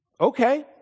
okay